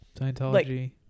Scientology